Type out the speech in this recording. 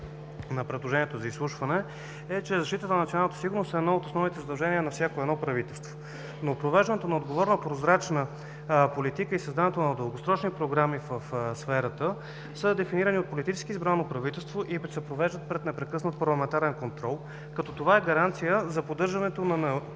на предложението за изслушване, което внесохме, е, че защитата на националната сигурност е едно от основните задължения на всяко едно правителство. Провеждането на отговорна, прозрачна политика и създаването на дългосрочни програми в сферата са дефинирани от политически избрано правителство и се провеждат пред непрекъснат парламентарен контрол като това е гаранция за поддържането на правилно